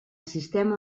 sistema